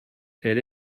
elle